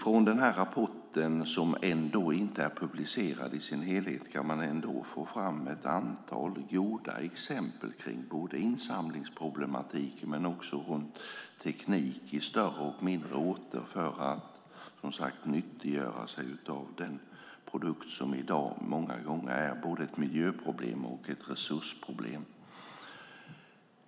Rapporten är ännu inte publicerad i sin helhet, men man kan ändå få fram ett antal goda exempel på insamlingsproblematik och teknik på större och mindre orter för att som sagt nyttiggöra den produkt som i dag många gånger är både ett miljöproblem och ett resursproblem.